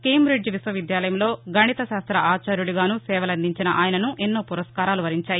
Cambridge విశ్వ విద్యాలయంలో గణితశాస్త్ర ఆచార్యుడిగానూ సేవలందించిన ఆయనను ఎన్నో పురస్కారాలు వరించాయి